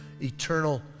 eternal